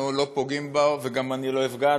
אנחנו לא פוגעים בו, וגם אני לא אפגע.